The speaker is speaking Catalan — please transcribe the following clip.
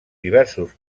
diversos